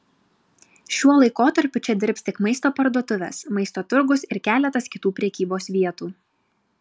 šiuo laikotarpiu čia dirbs tik maisto parduotuvės maisto turgus ir keletas kitų prekybos vietų